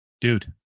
dude